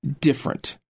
different